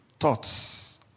Thoughts